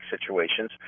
situations